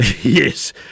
Yes